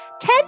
Ten